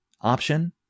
option